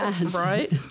right